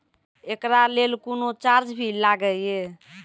एकरा लेल कुनो चार्ज भी लागैये?